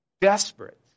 desperate